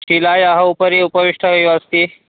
शिलायाः उपरि उपविष्टः इव अस्ति